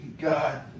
God